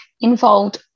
involved